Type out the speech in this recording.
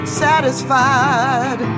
satisfied